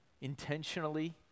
intentionally